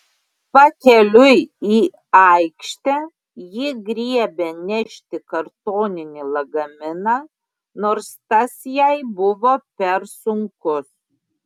pakeliui į aikštę ji griebė nešti kartoninį lagaminą nors tas jai buvo per sunkus